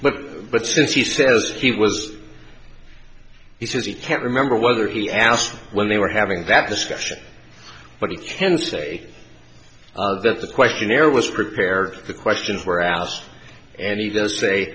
but but since he says he was he says he can't remember whether he asked when they were having that discussion but he can say that the questionnaire was prepared the questions were asked and he does say